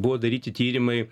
buvo daryti tyrimai